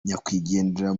nyakwigendera